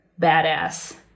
badass